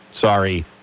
Sorry